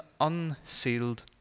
unsealed